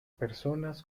personas